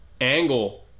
angle